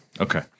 okay